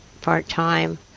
part-time